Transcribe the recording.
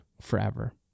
forever